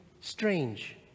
strange